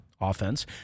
offense